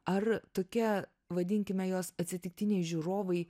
ar tokia vadinkime juos atsitiktiniai žiūrovai